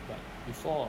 but before